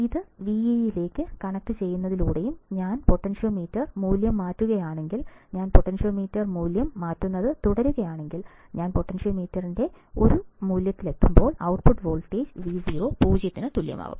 ഇത് Vee യിലേക്ക് കണക്റ്റുചെയ്യുന്നതിലൂടെയും ഞാൻ പൊട്ടൻഷ്യോമീറ്റർ മൂല്യം മാറ്റുകയാണെങ്കിൽ ഞാൻ പൊട്ടൻഷ്യോമീറ്റർ മൂല്യം മാറ്റുന്നത് തുടരുകയാണെങ്കിൽ ഞാൻ പൊട്ടൻഷ്യോമീറ്ററിന്റെ ഒരു മൂല്യത്തിലെത്തുമ്പോൾ ഔട്ട്പുട്ട് വോൾട്ടേജ് Vo 0 ന് തുല്യമാകും